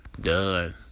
done